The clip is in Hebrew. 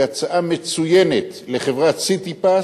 היא הצעה מצוינת לחברת "סיטיפס",